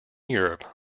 europe